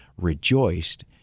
rejoiced